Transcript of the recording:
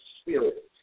spirit